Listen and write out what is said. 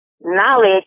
knowledge